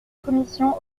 commission